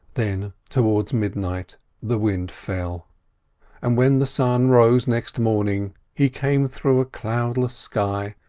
then towards midnight the wind fell and when the sun rose next morning he came through a cloudless sky,